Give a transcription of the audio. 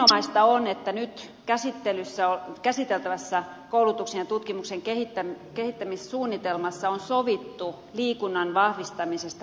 erinomaista on että nyt käsiteltävässä koulutuksen ja tutkimuksen kehittämissuunnitelmassa on sovittu liikunnan vahvistamisesta perusopetuksessa